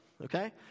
Okay